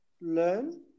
learn